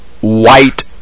white